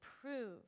prove